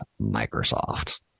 Microsoft